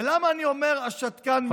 ולמה אני אומר השתקן מבלפור?